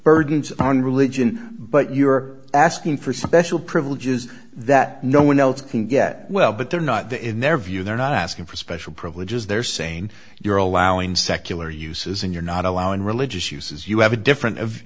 burdens on religion but you are asking for special privileges that no one else can get well but they're not the in their view they're not asking for special privileges they're saying you're allowing secular uses and you're not allowing religious uses you have a different